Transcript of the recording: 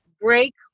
break